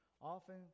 often